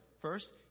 First